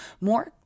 more